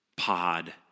Pod